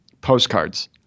Postcards